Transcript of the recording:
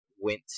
went